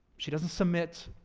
she doesn't submit,